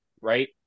right